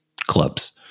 clubs